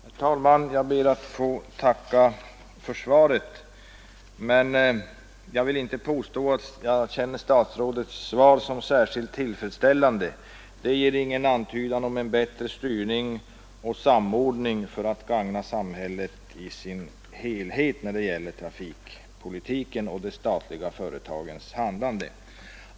Herr talman! Jag ber att få tacka för svaret, men jag vill inte påstå att jag tycker det är särskilt tillfredsställande. Det ger ingen antydan om en bättre styrning och samordning för att gagna samhället i dess helhet när det gäller trafikpolitiken och de statliga företagens handlande.